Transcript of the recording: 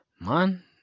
man